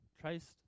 Christ